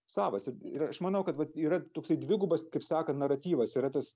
savas ir aš manau kad vat yra toksai dvigubas kaip sakant naratyvas yra tas